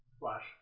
Flash